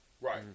Right